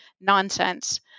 nonsense